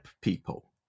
people